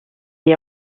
est